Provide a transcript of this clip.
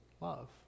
love